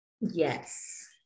Yes